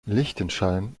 liechtenstein